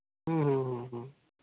ᱦᱮᱸ ᱦᱮᱸ